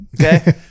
okay